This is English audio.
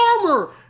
armor